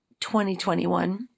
2021